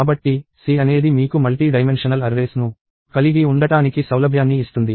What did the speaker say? కాబట్టి C అనేది మీకు మల్టీ డైమెన్షనల్ అర్రేస్ ను కలిగి ఉండటానికి సౌలభ్యాన్ని ఇస్తుంది